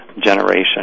generation